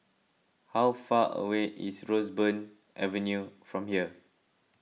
how far away is Roseburn Avenue from here